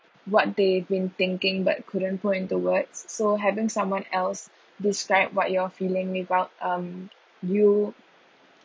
what they've been thinking but couldn't put into words so having someone else describe what you are feeling without um you